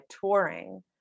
touring